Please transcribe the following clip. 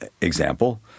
example